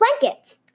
blankets